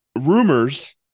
rumors